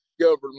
government